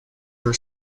her